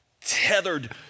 tethered